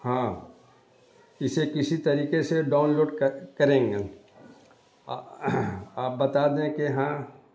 ہاں اسے کسی طریقے سے ڈاؤنلوڈ کریں گے آپ بتا دیں کہ ہاں